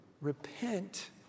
Repent